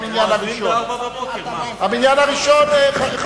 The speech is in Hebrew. ב-04:00, מה?